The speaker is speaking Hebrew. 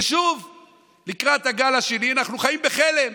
ושוב לקראת הגל השני אנחנו חיים בחלם.